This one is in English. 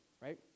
right